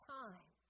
time